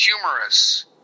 humorous